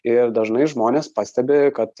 ir dažnai žmonės pastebi kad